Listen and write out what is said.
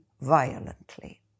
violently